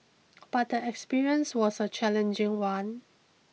but the experience was a challenging one